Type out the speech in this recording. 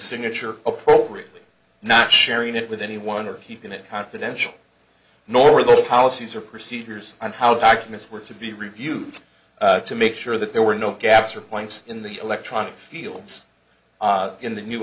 signature appropriately not sharing it with anyone or keeping it confidential nor were the policies or procedures and how documents were to be reviewed to make sure that there were no gaps or points in the electronic fields in the new